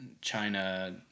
China